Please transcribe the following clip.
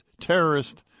terrorist